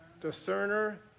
Discerner